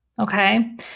Okay